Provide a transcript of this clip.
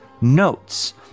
notes